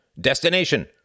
Destination